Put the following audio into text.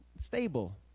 stable